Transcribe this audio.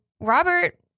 Robert